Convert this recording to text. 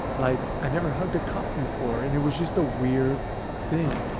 like, i never hugged a cop before and it was just a weird thing,